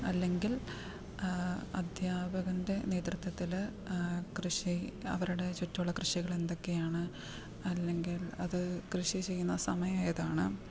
അല്ലെങ്കിൽ അദ്ധ്യാപകൻ്റെ നേതൃത്വത്തിൽ കൃഷി അവരുടെ ചുറ്റുമുള്ള കൃഷികൾ എന്തൊക്കെയാണ് അല്ലെങ്കിൽ അത് കൃഷി ചെയ്യുന്ന സമയം ഏതാണ്